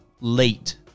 late